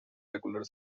regular